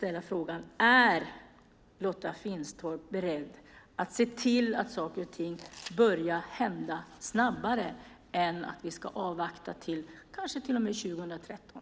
Är Lotta Finstorp beredd att se till att saker och ting börjar hända snabbare så att vi inte behöver vänta till 2013?